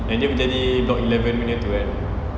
yang dia pun jadi block eleven punya tu kan